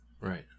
Right